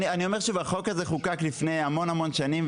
החוק הזה חוקק לפני המון שנים,